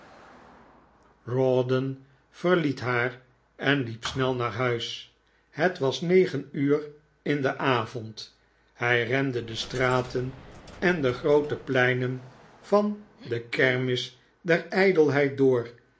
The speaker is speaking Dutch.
rawdon verliet haar en liep snel naar huis het was negen uur in den avond hij rende de straten en de groote pleinen van de kermis der ijdelheid door